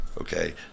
Okay